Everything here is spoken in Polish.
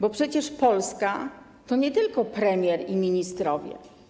Bo przecież Polska to nie tylko premier i ministrowie.